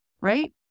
right